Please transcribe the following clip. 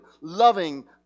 loving